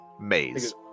Maze